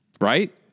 right